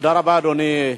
תודה רבה, אדוני.